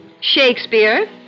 Shakespeare